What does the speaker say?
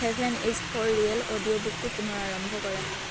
heaven is for real audio বুকটো পুনৰ আৰম্ভ কৰা